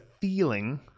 feeling